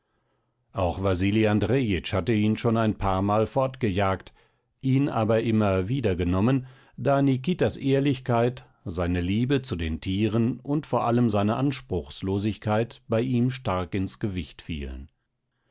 auch wasili andrejitsch hatte ihn schon ein paarmal fortgejagt ihn aber immer wiedergenommen da nikitas ehrlichkeit seine liebe zu den tieren und vor allem seine anspruchslosigkeit bei ihm stark ins gewicht fielen